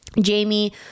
Jamie